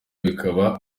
bikaba